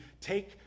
take